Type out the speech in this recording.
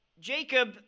Jacob